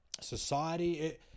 society